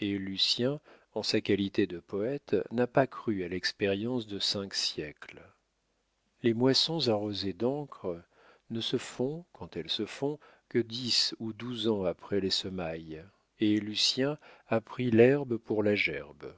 et lucien en sa qualité de poète n'a pas cru à l'expérience de cinq siècles les moissons arrosées d'encre ne se font quand elles se font que dix ou douze ans après les semailles et lucien a pris l'herbe pour la gerbe